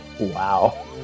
Wow